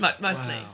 Mostly